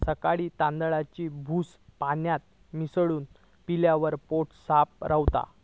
सकाळी तांदळाची भूसी पाण्यात मिसळून पिल्यावर पोट साफ रवता